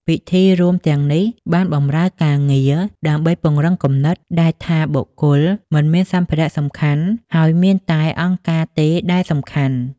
ពិធីរួមទាំងនេះបានបម្រើការងារដើម្បីពង្រឹងគំនិតដែលថាបុគ្គលមិនមានសារៈសំខាន់ ហើយមានតែអង្គការទេដែលសំខាន់។